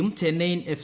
യും ചെന്നൈയിൻ എഫ്